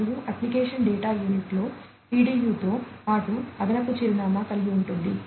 మరియు application data యూనిట్లో PDU తో పాటు అదనపు చిరునామా కలిగి ఉంటుంది